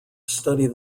study